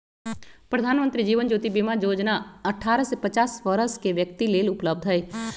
प्रधानमंत्री जीवन ज्योति बीमा जोजना अठारह से पचास वरस के व्यक्तिय लेल उपलब्ध हई